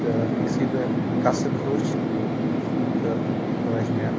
تہٕ یِتھُے بہٕ قصٕب ہیوٚچھ تہٕ لٲج مےٚ